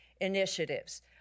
initiatives